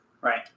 right